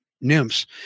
nymphs